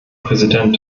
präsident